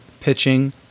pitching